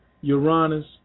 Uranus